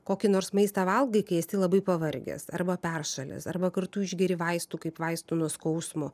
kokį nors maistą valgai kai esi labai pavargęs arba peršalęs arba kartu išgeri vaistų kaip vaistų nuo skausmo